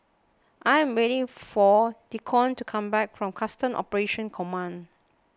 I am waiting for Deacon to come back from Customs Operations Command